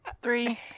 Three